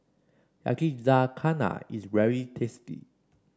yakizakana is very tasty